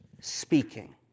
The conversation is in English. speaking